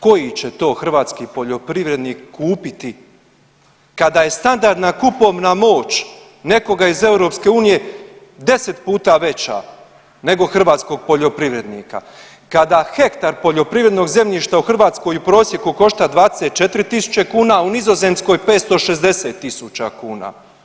Koji će to hrvatski poljoprivrednik kupiti kada je standardna kupovna moć nekoga iz EU 10 puta veća nego hrvatskog poljoprivrednika, kada hektar poljoprivrednog zemljišta u Hrvatskoj u prosjeku košta 24.000 kuna, a u Nizozemskoj 560.000 kuna.